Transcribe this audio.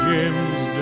Jim's